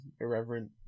irreverent